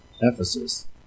Ephesus